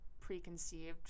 preconceived